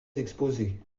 exposés